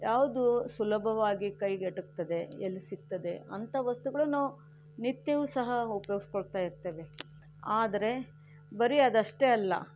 ಯಾವುದು ಸುಲಭವಾಗಿ ಕೈಗೆಟಕ್ತದೆ ಎಲ್ಲಿ ಸಿಗ್ತದೆ ಅಂಥ ವಸ್ತುಗಳನ್ನು ನಿತ್ಯವೂ ಸಹ ಉಪಯೋಗಿಸ್ಕೊಳ್ತಾ ಇರ್ತೇವೆ ಆದರೆ ಬರೀ ಅದಷ್ಟೇ ಅಲ್ಲ